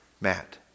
Matt